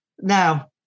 now